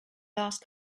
last